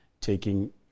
taking